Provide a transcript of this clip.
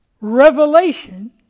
revelation